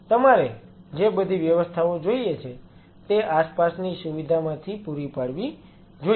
તમારે જે બધી વ્યવસ્થાઓ જોઈએ છે તે આસપાસની સુવિધામાંથી પૂરી પાડવી જોઈએ